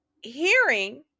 hearing